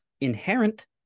inherent